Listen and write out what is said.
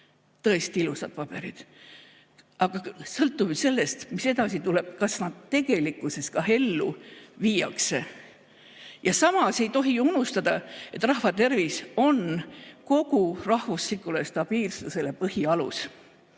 Tõesti ilusad paberid. Aga kõik sõltub ju sellest, mis edasi tuleb, kas nad tegelikkuses ka ellu viiakse. Ja samas ei tohi unustada, et rahvatervis on kogu rahvusliku stabiilsuse põhialus.